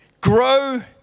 Grow